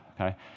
okay